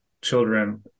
children